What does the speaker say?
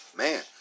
man